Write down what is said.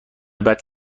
بعد